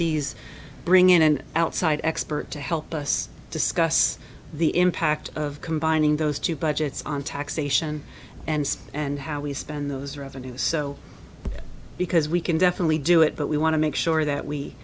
ees bring in an outside expert to help us discuss the impact of combining those two budgets on taxation and and how we spend those revenues so because we can definitely do it but we want to make sure that we